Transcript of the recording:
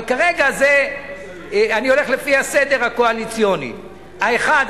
אבל כרגע אני הולך לפי הסדר הקואליציוני: האחד,